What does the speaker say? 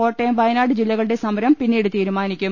Kottayam Wayanad ജില്ലകളുടെ സമരം പിന്നീട് തീരുമാനിക്കും